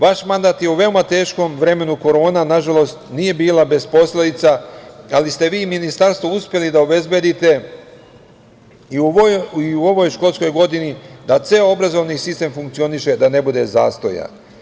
Vaš mandat je u veoma teškom vremenu, korona nažalost nije bila bez posledica, ali ste vi ministarstvo uspeli da obezbedite i u ovoj školskoj godini da ceo obrazovni sistem funkcioniše da ne bude zastoja.